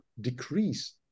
decrease